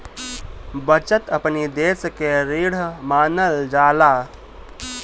बचत अपनी देस के रीढ़ मानल जाला